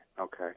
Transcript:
okay